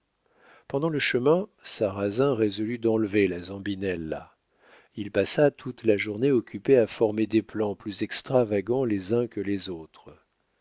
pendant le chemin sarrasine résolut d'enlever la zambinella il passa toute la journée occupé à former des plans plus extravagants les uns que les autres